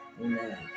amen